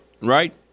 Right